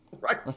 Right